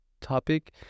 topic